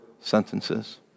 sentences